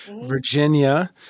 Virginia